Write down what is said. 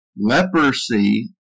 leprosy